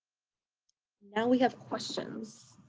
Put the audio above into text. now we have questions.